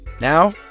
Now